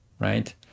Right